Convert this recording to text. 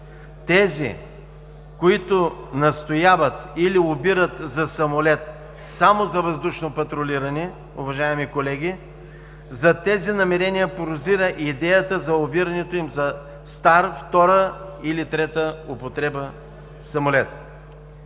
Тези, които настояват или лобират за самолет само за въздушно патрулиране, уважаеми колеги, зад тези намерения прозира идеята за лобирането им за стар, втора или трета употреба самолет.